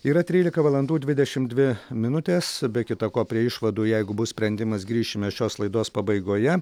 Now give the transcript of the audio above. yra trylika valandų dvidešim dvi minutės be kita ko prie išvadų jeigu bus sprendimas grįšime šios laidos pabaigoje